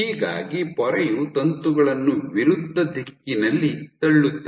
ಹೀಗಾಗಿ ಪೊರೆಯು ತಂತುಗಳನ್ನು ವಿರುದ್ಧ ದಿಕ್ಕಿನಲ್ಲಿ ತಳ್ಳುತ್ತದೆ